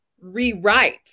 rewrite